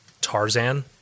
Tarzan